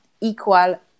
equal